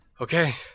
Okay